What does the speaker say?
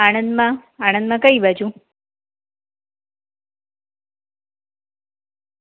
આણંદમાં આણંદમાં કઈ બાજુ